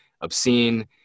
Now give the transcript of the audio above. obscene